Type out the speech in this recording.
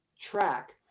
track